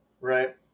right